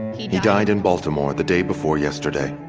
he died in baltimore the day before yesterday.